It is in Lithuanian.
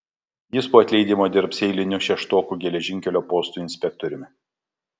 jis po atleidimo dirbs eiliniu šeštokų geležinkelio posto inspektoriumi